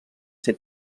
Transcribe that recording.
ser